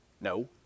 No